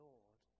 Lord